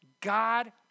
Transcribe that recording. God